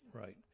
Right